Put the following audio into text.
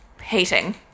hating